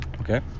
okay